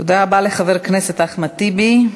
תודה רבה לחבר הכנסת אחמד טיבי.